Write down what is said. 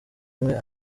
imwe